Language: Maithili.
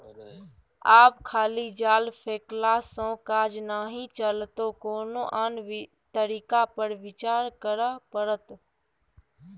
आब खाली जाल फेकलासँ काज नहि चलतौ कोनो आन तरीका पर विचार करय पड़त